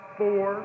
four